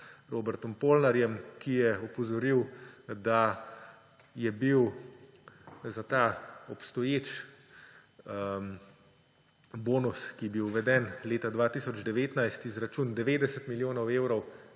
Robertom Polnarjem, ki je opozoril, da je bil za ta obstoječi bonus, ki je bil uveden leta 2019, izračun 90 milijonov evrov,